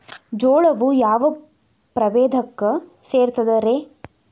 ಜೋಳವು ಯಾವ ಪ್ರಭೇದಕ್ಕ ಸೇರ್ತದ ರೇ?